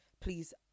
please